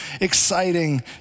exciting